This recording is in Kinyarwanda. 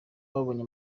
babonye